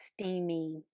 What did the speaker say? steamy